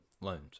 loans